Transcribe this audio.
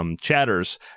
chatters